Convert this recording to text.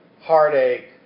heartache